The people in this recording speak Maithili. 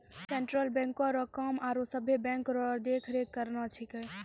सेंट्रल बैंको रो काम आरो सभे बैंको रो देख रेख करना छिकै